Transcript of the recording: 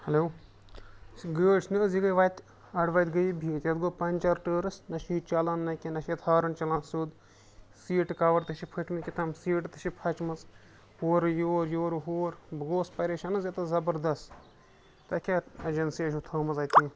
hello یُس یہِ گٲڑۍ چھِ نہ حظ مےٚ یہِ گٔے وَتہِ اَڑٕ وَتہِ گٔے یہِ بِہِتھ یَتھ گوٚو پنچَر ٹٲرَس نہ چھِ یہِ چَلان نہ کینٛہہ نہ چھِ اَتھ ہارَن چَلان سیوٚد سیٖٹہٕ کَوَر تہِ چھِ پھٔٹمٕتۍ کیٛاتھام سیٖٹہٕ تہِ چھےٚ پھَچمَژٕ اورٕ یور یورٕ ہور بہٕ گوٚوُس پریشان حظ ییٚتٮ۪س زبردَس تۄہہِ کیٛاہ یَتھ ایجنسِیا چھو تھٲومٕژ اَتہِ یہِ